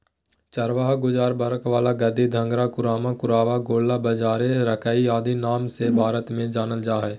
चरवाहा गुज्जर, बकरवाल, गद्दी, धंगर, कुरुमा, कुरुबा, गोल्ला, बंजारे, राइका आदि नाम से भारत में जानल जा हइ